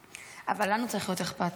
אבל לנו צריך להיות אכפת.